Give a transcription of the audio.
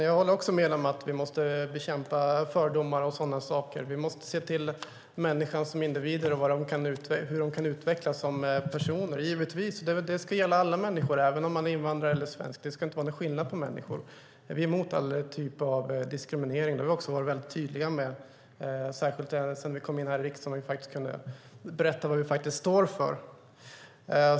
Fru talman! Jag håller med om att vi måste bekämpa fördomar och sådana saker. Vi måste se till att människor kan utvecklas som individer och personer. Givetvis ska det gälla alla människor, oavsett om man är invandrare eller svensk. Det ska inte vara någon skillnad på människor. Vi är emot all typ av diskriminering, vilket vi också har varit väldigt tydliga med, särskilt sedan vi kom in här i riksdagen och kan berätta vad vi faktiskt står för.